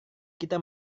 kita